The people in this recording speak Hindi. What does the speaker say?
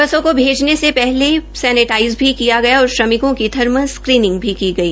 बसों को भेजने से पहले सैनीटाईज भी किया गया असौर श्रमिकों की थर्मल स्क्रीनिंग भी की गई